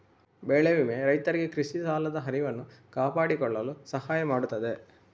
ಬೆಳೆ ವಿಮೆ ರೈತರಿಗೆ ಕೃಷಿ ಸಾಲದ ಹರಿವನ್ನು ಕಾಪಾಡಿಕೊಳ್ಳಲು ಸಹಾಯ ಮಾಡುತ್ತದೆ